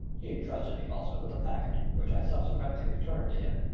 he intrusted me, also, with a packet, which i subsequently returned to him.